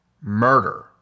Murder